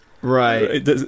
Right